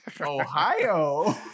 Ohio